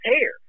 hair